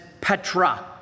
petra